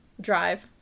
drive